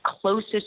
closest